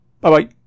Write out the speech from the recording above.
Bye-bye